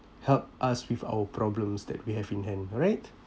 help us with our problems that we have in hand alright